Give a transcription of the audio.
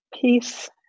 Peace